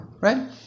right